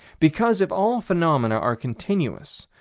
because, if all phenomena are continuous,